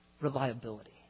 reliability